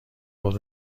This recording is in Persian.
خود